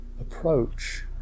approach